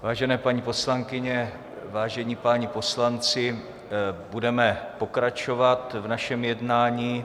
Vážené paní poslankyně, vážení páni poslanci, budeme pokračovat v našem jednání.